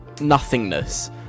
nothingness